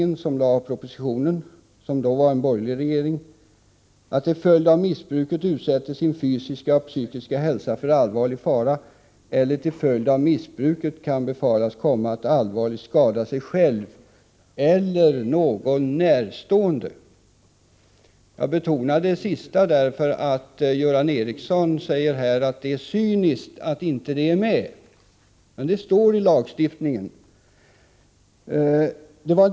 Vi kom fram till att man får besluta om tvångsvård om den enskilde ”till följd av missbruket utsätter sin fysiska eller psykiska hälsa för allvarlig fara” eller ”till följd av missbruket kan befaras komma att allvarligt skada sig själv eller någon närstående”. Jag betonar det sista, eftersom Göran Ericsson säger att det är cyniskt att något sådant inte finns med — men det står alltså i lagstiftningen.